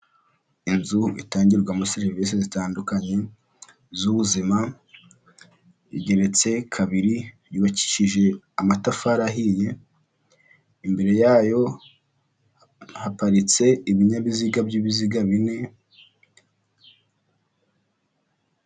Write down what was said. Inzu itangirwamo serivisi zitandukanye z'ubuzima, igeretse kabiri, yubakishije amatafari ahiye, imbere yayo haparitse ibinyabiziga by'ibiziga bine.